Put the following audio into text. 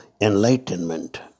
enlightenment